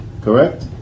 Correct